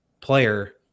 player